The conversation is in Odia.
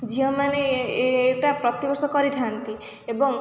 ଝିଅମାନେ ଏଇଟା ପ୍ରତିବର୍ଷ କରିଥାନ୍ତି ଏବଂ